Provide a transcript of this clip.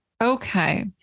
Okay